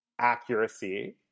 accuracy